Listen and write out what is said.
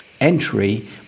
Entry